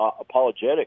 apologetic